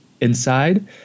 inside